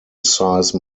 size